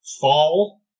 fall